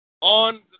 on